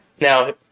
Now